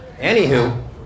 anywho